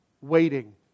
waiting